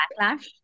backlash